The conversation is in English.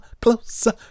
closer